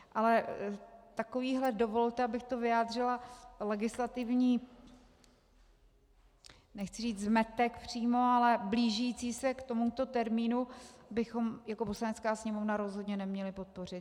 Ale takovýhle dovolte, abych to vyjádřila legislativní... nechci říct zmetek přímo, ale blížící se k tomuto termínu, bychom jako Poslanecká sněmovna rozhodně neměli podpořit.